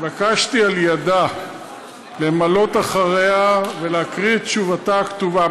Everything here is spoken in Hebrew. התבקשתי על ידה למלא אחריה ולהקריא את תשובתה הכתובה,